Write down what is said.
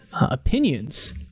opinions